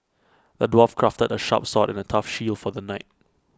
the dwarf crafted A sharp sword and A tough shield for the knight